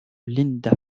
linda